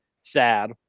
sad